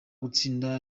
gutsinda